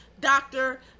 doctor